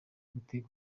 gutegurwa